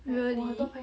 really